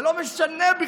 זה לא משנה בכלל.